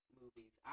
movies